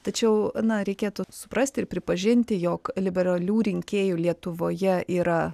tačiau na reikėtų suprasti ir pripažinti jog liberalių rinkėjų lietuvoje yra